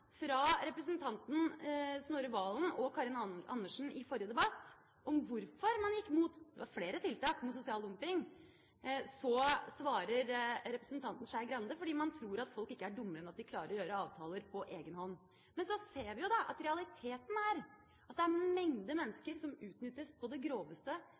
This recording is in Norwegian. fra representantene Snorre Serigstad Valen og Karin Andersen i trontaledebatten om hvorfor man gikk imot – det var flere tiltak mot sosial dumping – svarer representanten Skei Grande: fordi man tror at folk ikke er dummere enn at de klarer å gjøre avtaler på egen hånd. Men så ser vi jo at realiteten er at det er en mengde mennesker som utnyttes på det groveste